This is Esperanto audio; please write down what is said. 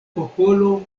popolo